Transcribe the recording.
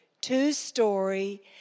Two-story